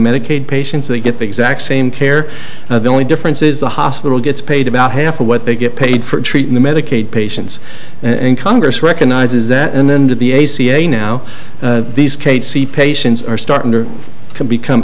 medicaid patients they get the exact same care the only difference is the hospital gets paid about half of what they get paid for treating the medicaid patients and congress recognizes that and then to the a c a now these kate see patients are starting to become